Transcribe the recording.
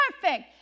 perfect